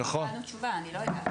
לא קיבלנו תשובה, אני לא יודעת.